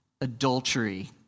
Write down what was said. adultery